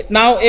now